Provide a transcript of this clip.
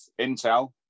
intel